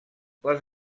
les